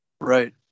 right